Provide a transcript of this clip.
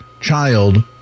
child